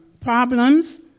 problems